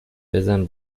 بزن